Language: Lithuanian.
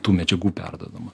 tų medžiagų perduodama